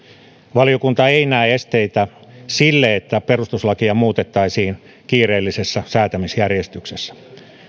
valiokunta ei näe esteitä sille että perustuslakia muutettaisiin kiireellisessä säätämisjärjestyksessä